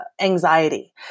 anxiety